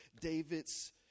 David's